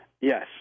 Yes